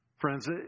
Friends